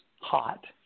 hot